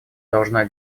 должна